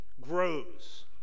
grows